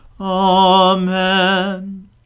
Amen